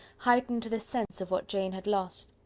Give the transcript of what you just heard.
heightened the sense of what jane had lost.